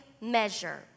measure